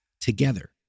together